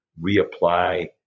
reapply